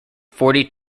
forty